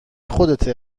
خودتونه